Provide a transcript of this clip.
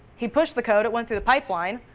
he pushed the code. it went through the pipeline.